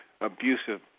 abusive